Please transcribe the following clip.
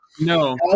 No